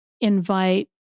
invite